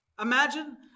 Imagine